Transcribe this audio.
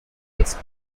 its